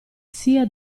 sia